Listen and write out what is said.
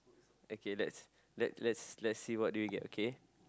okay lets lets lets see what do you get okay